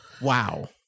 Wow